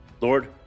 Lord